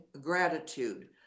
gratitude